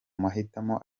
mahitamo